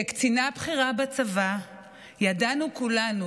כקצינה בכירה בצבא ידענו כולנו,